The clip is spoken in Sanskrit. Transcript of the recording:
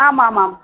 आमामाम्